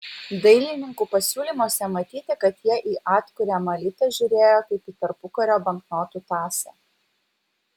dailininkų pasiūlymuose matyti kad jie į atkuriamą litą žiūrėjo kaip į tarpukario banknotų tąsą